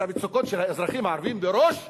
המצוקות של האזרחים הערבים בראש העניין,